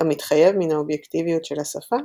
כמתחייב מן האובייקטיביות של השפה,